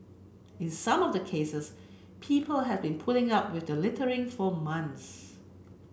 in some of the cases people have been putting up with the littering for months